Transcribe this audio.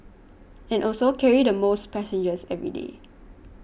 and also carry the most passengers every day